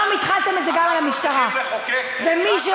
על התקשורת עשיתם את זה כי היא עיינה אתכם,